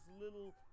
little